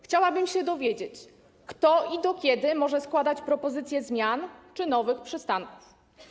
Chciałabym się dowiedzieć, kto i do kiedy może składać propozycje zmian czy nowych przystanków.